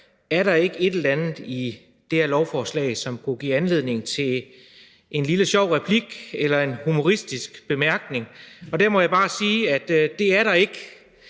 om der ikke er et eller andet i det her lovforslag, som kunne give anledning til en lille sjov replik eller en humoristisk bemærkning, og der må jeg bare sige, at det er der ikke.